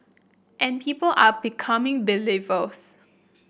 and people are becoming believers